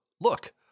Look